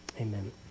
amen